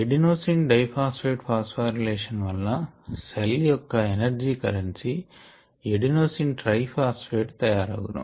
adenosine di phosphate phosphorylation వలన cell యొక్క energy currency adenosine tri phosphate తయారగును